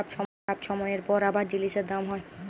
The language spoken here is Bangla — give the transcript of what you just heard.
খারাপ ছময়ের পর আবার জিলিসের দাম হ্যয়